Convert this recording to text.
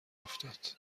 افتاد